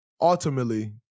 ultimately